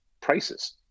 prices